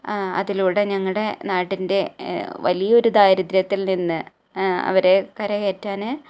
അതിലൂടെ ഞങ്ങളുടെ നാടിൻ്റെ വലിയൊരു ദാരിദ്ര്യത്തിൽ നിന്ന് അവരെ കരകയറ്റാന്